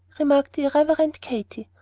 remarked the irreverent katy.